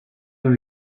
dans